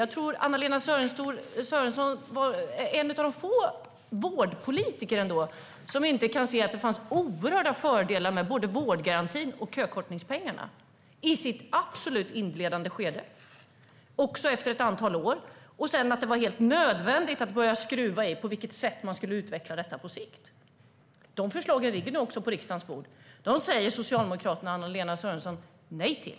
Jag tror att Anna-Lena Sörenson är en av få vårdpolitiker som inte kan se att det fanns oerhörda fördelar med både vårdgarantin och kökortningspengarna i det absolut inledande skedet, också efter ett antal år, och att det sedan var helt nödvändigt att börja skruva i på vilket sätt man skulle utveckla detta på sikt. De förslagen ligger nu också på riksdagens bord. Dem säger Socialdemokraterna och Anna-Lena Sörenson nej till.